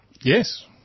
Yes